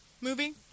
movie